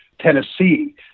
Tennessee